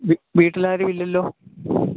വീ വീട്ടിലാരുമില്ലല്ലോ